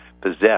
possess